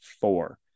four